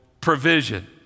provision